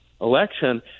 election